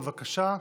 בבקשה,